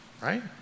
right